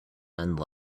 and